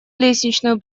лестничную